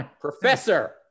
Professor